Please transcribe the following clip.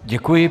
Děkuji.